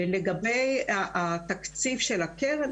לגבי התקציב של הקרן,